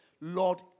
Lord